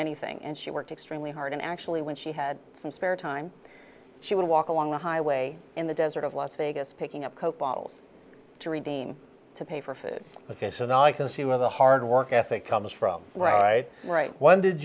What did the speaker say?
anything and she worked extremely hard and actually when she had some spare time she would walk along the highway in the desert of las vegas picking up coke bottles to redeem to pay for food but they said i can see where the hard work ethic comes from right when did